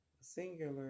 singular